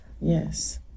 Yes